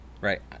right